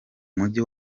mujyi